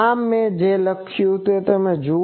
આ મે જે લખ્યું તે તમે જુઓ